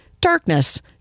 darkness